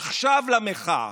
עכשיו למחאה,